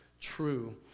true